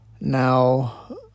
Now